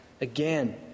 again